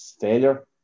failure